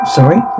Sorry